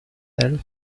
with